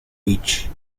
beach